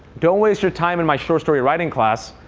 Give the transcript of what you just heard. don't waste your time in my short story writing class.